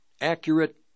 accurate